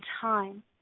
time